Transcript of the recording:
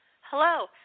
Hello